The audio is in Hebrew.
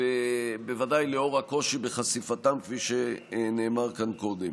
ובוודאי נוכח הקושי בחשיפתן, כפי שנאמר כאן קודם.